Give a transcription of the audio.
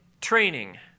training